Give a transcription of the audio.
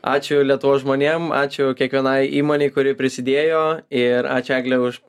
ačiū lietuvos žmonėm ačiū kiekvienai įmonei kuri prisidėjo ir ačiū egle už